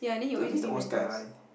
I miss the old skyline